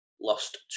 Lost